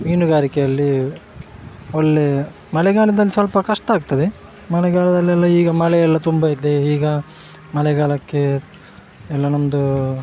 ಮೀನುಗಾರಿಕೆಯಲ್ಲಿ ಒಳ್ಳೆ ಮಳೆಗಾಲದಲ್ಲಿ ಸ್ವಲ್ಪ ಕಷ್ಟ ಆಗ್ತದೆ ಮಳೆಗಾಲದಲ್ಲೆಲ್ಲ ಈಗ ಮಳೆ ಎಲ್ಲ ತುಂಬ ಇದೆ ಈಗ ಮಳೆಗಾಲಕ್ಕೆ ಎಲ್ಲ ನಮ್ಮದು